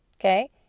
Okay